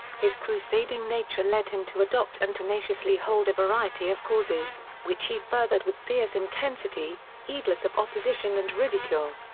his crusading nature led him to adopt and tenaciously hold a variety of causes, which he furthered with fierce intensity, heedless of opposition and ridicule.